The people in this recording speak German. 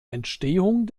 entstehung